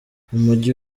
umujyi